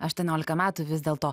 aštuoniolika metų vis dėlto